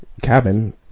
cabin